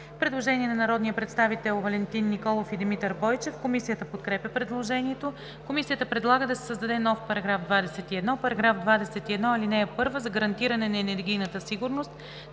Предложение на народните представители Валентин Николов и Димитър Бойчев. Комисията подкрепя предложението. Комисията предлага да се създаде нов § 21: „§ 21. (1) За гарантиране на енергийната сигурност